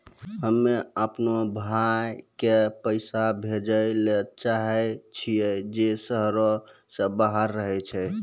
हम्मे अपनो भाय के पैसा भेजै ले चाहै छियै जे शहरो से बाहर रहै छै